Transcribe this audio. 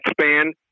span